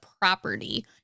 property